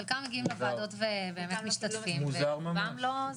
חלקם מגיעים לוועדות ובאמת משתתפים אבל רובם לא.